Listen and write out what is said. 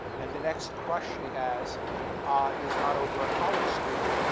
and the next crush she has ah is not over a college student,